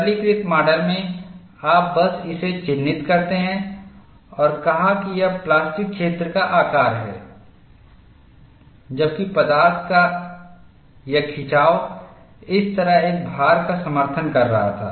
सरलीकृत माडल में आप बस इसे चिह्नित करते हैं और कहा कि यह प्लास्टिक क्षेत्र का आकार है जबकि पदार्थ का यह खिंचाव इस तरह एक भार का समर्थन कर रहा था